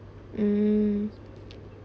um